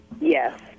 Yes